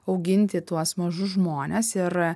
auginti tuos mažus žmones ir